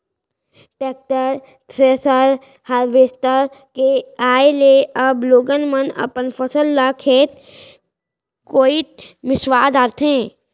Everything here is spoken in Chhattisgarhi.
टेक्टर, थेरेसर, हारवेस्टर के आए ले अब लोगन मन अपन फसल ल खेते कोइत मिंसवा डारथें